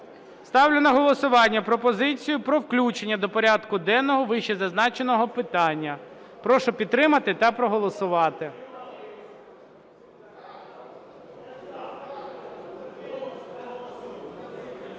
Ставлю на голосування пропозицію про включення до порядку денного вищезазначеного питання. Прошу підтримати та проголосувати.